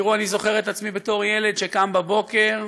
אני זוכר את עצמי בתור ילד שקם בבוקר,